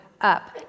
up